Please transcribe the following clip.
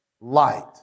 light